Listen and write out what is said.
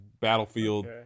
Battlefield